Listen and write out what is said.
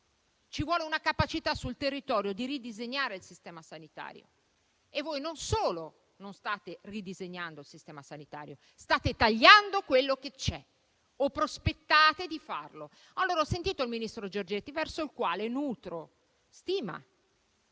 ci vuole una capacità sul territorio di ridisegnare il sistema sanitario e voi non solo state ridisegnando il sistema sanitario, ma state tagliando quello che c'è o prospettate di farlo. Ho sentito il ministro Giorgetti, verso il quale nutro stima,